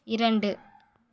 இரண்டு